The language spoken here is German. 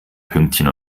pünktchen